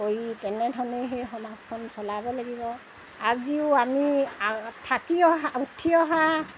কৰি তেনেধৰণেই সেই সমাজখন চলাব লাগিব আজিও আমি থাকি অহা উঠি অহা